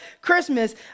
Christmas